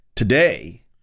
Today